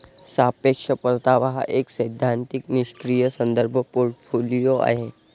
सापेक्ष परतावा हा एक सैद्धांतिक निष्क्रीय संदर्भ पोर्टफोलिओ आहे